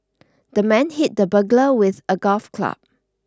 the man hit the burglar with a golf club